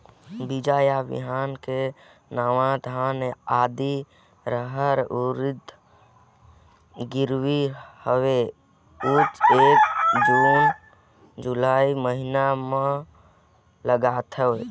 बीजा या बिहान के नवा धान, आदी, रहर, उरीद गिरवी हवे अउ एला जून जुलाई महीना म लगाथेव?